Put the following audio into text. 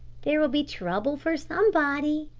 there will be trouble for somebody,